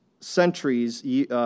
centuries